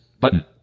button